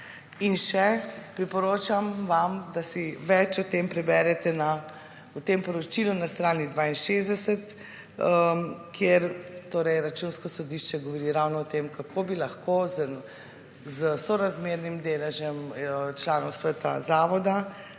In še priporočam vam, da si več o tem preberete o tem poročilu na strani 62, kjer Računsko sodišče govori ravno o tem, kako bi lahko s sorazmernim deležem članov sveta zavoda